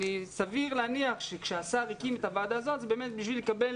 סביר להניח שכשהשר הקים את הוועדה זה כדי לקבל